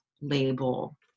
label